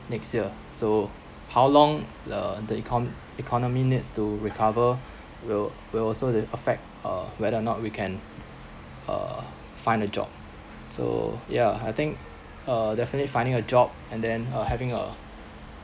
next year so how long the the econ~ economy needs to recover will will also the effect uh whether or not we can uh find a job so yeah I think uh definitely finding a job and then uh having a